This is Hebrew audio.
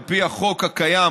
על פי החוק הקיים,